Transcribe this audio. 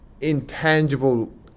intangible